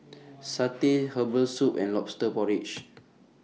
Satay Herbal Soup and Lobster Porridge